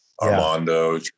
Armando